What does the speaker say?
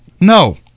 No